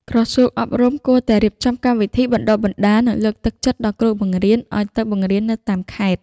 ក្រសួងអប់រំគួរតែរៀបចំកម្មវិធីបណ្តុះបណ្តាលនិងលើកទឹកចិត្តដល់គ្រូបង្រៀនឱ្យទៅបង្រៀននៅតាមខេត្ត។